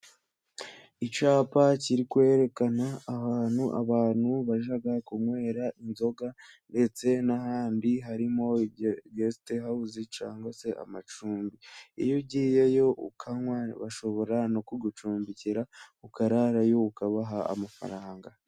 Icyapa kiri kwerekana ahantu abantu bajya kunywera inzoga. Ndetse n'ahandi harimo gesita hawuze cyangwa se amacumbi. Iyo ugiyeyo ukanywa bashobora no kugucumbikira ukararayo ukabaha amafaranga.